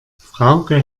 frauke